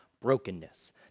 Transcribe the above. brokenness